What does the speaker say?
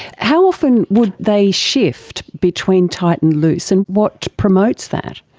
how often would they shift between tight and loose, and what promotes that?